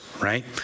Right